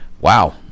Wow